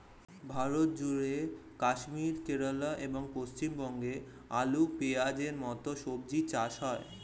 ভারতজুড়ে কাশ্মীর, কেরল এবং পশ্চিমবঙ্গে আলু, পেঁয়াজের মতো সবজি চাষ হয়